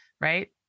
right